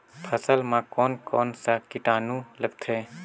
फसल मा कोन कोन सा कीटाणु लगथे?